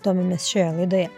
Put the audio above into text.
domimės šioje laidoje